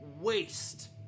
waste